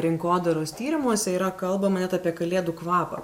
rinkodaros tyrimuose yra kalbama net apie kalėdų kvapą